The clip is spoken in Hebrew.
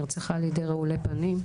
נרצחה על ידי רעולי פנים.